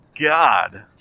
God